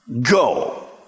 go